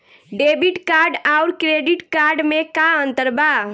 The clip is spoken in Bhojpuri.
डेबिट कार्ड आउर क्रेडिट कार्ड मे का अंतर बा?